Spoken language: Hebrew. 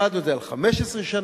העמדנו את זה על 15 שנה.